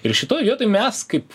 ir šitoj vietoj mes kaip